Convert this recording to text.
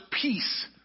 peace